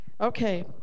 Okay